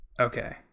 okay